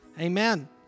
Amen